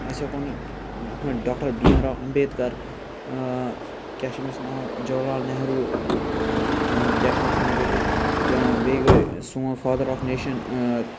أسۍ ہیٚکو نہٕ اَتھ مَنٛز doctor B M Rao Ambedkar کیاہ چھُ أمِس ناو جَواہَر لال نہروٗ کیٛاہ چھُ أمِس ناو بیٚکِس بیٚیہِ گٔے سون فادَر آف نیشَن